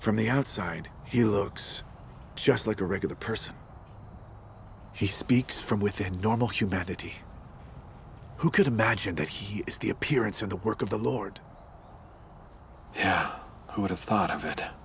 from the outside he looks just like a regular person he speaks from within normal humanity who could imagine that he is the appearance of the work of the lord yeah who would have thought of it